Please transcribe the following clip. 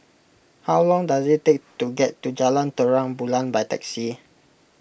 how long does it take to get to Jalan Terang Bulan by taxi